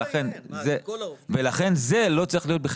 לכן אי אפשר לתמחר את זה בערך השעה.